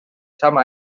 sama